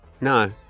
No